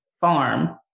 farm